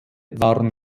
waren